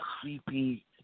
creepy